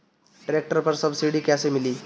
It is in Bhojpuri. ट्रैक्टर पर सब्सिडी कैसे मिली?